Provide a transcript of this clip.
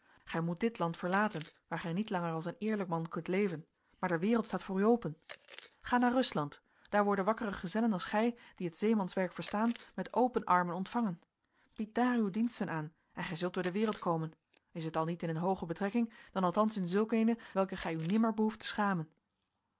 gij moet dit land verlaten waar gij niet langer als een eerlijk man kunt leven maar de wereld staat voor u open ga naar rusland daar worden wakkere gezellen als gij die het zeemanswerk verstaan met open armen ontvangen bied daar uw diensten aan en gij zult door de wereld komen is het al niet in een hooge betrekking dan althans in zulk eene welke gij u nimmer behoeft te schamen